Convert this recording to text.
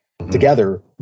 together